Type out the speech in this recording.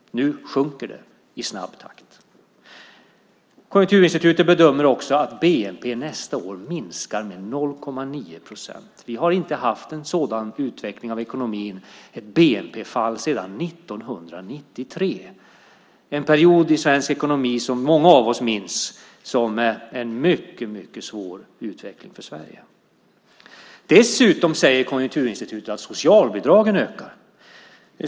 Nu sjunker det i snabb takt. Konjunkturinstitutet bedömer också att bnp nästa år minskar med 0,9 procent. Vi har inte haft en sådan utveckling av ekonomin, ett sådant bnp-fall, sedan 1993 - en period i svensk ekonomi som många av oss minns som en mycket svår utveckling för Sverige. Dessutom säger Konjunkturinstitutet att socialbidragen ökar.